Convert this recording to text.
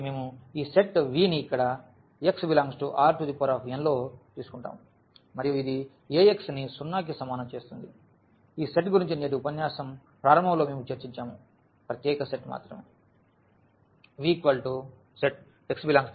కాబట్టి మేము ఈ సెట్ V ని ఇక్కడ x∈Rn లో తీసుకుంటాము మరియు ఇది Ax ని 0 కి సమానం చేస్తుంది ఈ సెట్ గురించి నేటి ఉపన్యాసం ప్రారంభంలో మేము చర్చించాము ప్రత్యేక సెట్ మాత్రమే